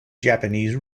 japanese